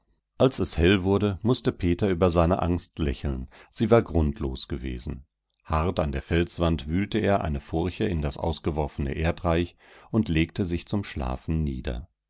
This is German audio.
als es hell wurde mußte peter über seine angst lächeln sie war grundlos gewesen hart an der felswand wühlte er eine furche in das ausgeworfene erdreich und legte sich zum schlafen nieder